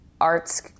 arts